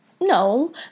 No